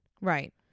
Right